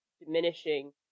diminishing